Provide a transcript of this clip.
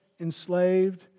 enslaved